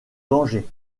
danger